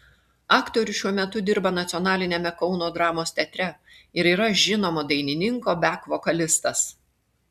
aktorius šiuo metu dirba nacionaliniame kauno dramos teatre ir yra žinomo dainininko bek vokalistas